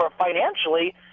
financially